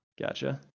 gotcha